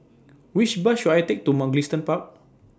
Which Bus should I Take to Mugliston Park